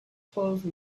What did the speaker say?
close